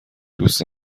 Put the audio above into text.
دوست